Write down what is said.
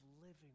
living